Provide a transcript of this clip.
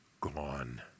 gone